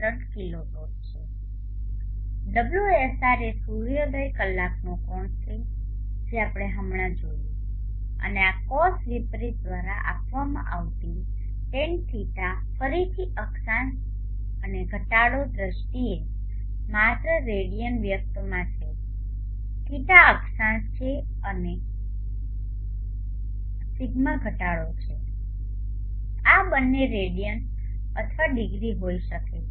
3 kilowatt છે ωsr એ સૂર્યોદય કલાકનો કોણ છે જે આપણે હમણાં જોયું અને આ Cos વિપરીત દ્વારા આપવામાં આવતી Tanϕ Tan 𝛿 ફરીથી અક્ષાંસ અને ઘટાડો દ્રષ્ટિએ માત્ર રેડિયન વ્યક્ત માં છે ϕ અક્ષાંશ છે અને δ ઘટાડો છે આ બંને રેડિયન અથવા ડિગ્રી હોઈ શકે છે